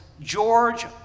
George